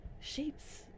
sheets